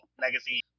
legacy